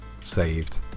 saved